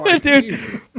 Dude